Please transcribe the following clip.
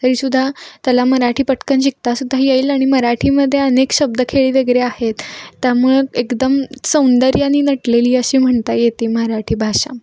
तरी सुद्धा त्याला मराठी पटकन शिकता सुद्धा येईल आणि मराठीमध्ये अनेक शब्दखेळी वगैरे आहेत त्यामुळं एकदम सौंदर्याने नटलेले अशी म्हणता येते मराठी भाषा